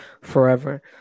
forever